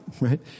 right